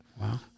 Wow